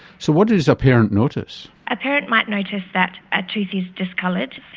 so what does a parent notice? a parent might notice that a tooth is discoloured,